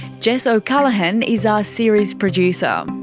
jess o'callaghan is our series producer,